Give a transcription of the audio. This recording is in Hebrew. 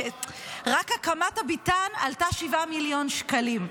רק הקמת הביתן עלתה 7 מיליון שקלים,